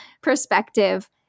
perspective